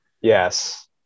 Yes